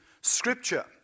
Scripture